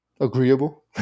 agreeable